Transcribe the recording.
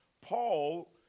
Paul